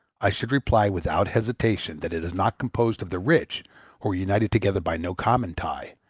i should reply without hesitation that it is not composed of the rich, who are united together by no common tie,